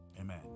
Amen